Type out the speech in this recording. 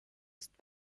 ist